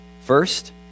First